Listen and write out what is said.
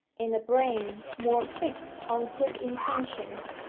and a brain more fixed on good intentions,